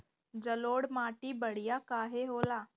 जलोड़ माटी बढ़िया काहे होला?